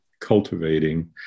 cultivating